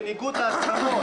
בניגוד להסכמות.